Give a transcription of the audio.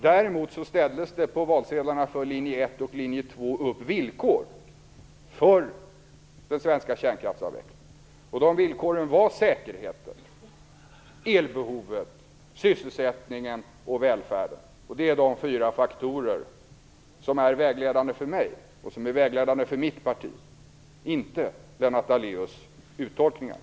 Däremot ställdes det på valsedlarna för Linje 1 och Linje 2 upp villkor för den svenska kärnkraftsavvecklingen. De villkoren var säkerheten, elbehovet, sysselsättningen och välfärden. Det är de fyra faktorer som är vägledande för mig och som är vägledande för mitt parti, inte Lennart Daléus uttolkningar.